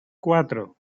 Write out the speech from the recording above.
cuatro